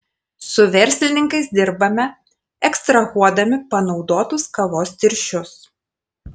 su verslininkais dirbame ekstrahuodami panaudotus kavos tirščius